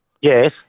Yes